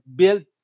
built